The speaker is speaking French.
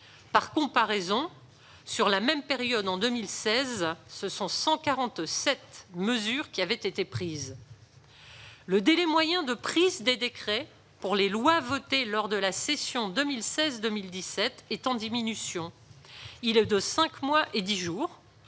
Par comparaison, sur la même période en 2016, 147 mesures avaient été prises. Le délai moyen de prise des décrets pour les lois votées lors de la session 2016-2017 est en diminution : il est de cinq mois et dix jours,